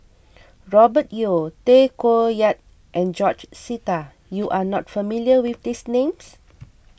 Robert Yeo Tay Koh Yat and George Sita you are not familiar with these names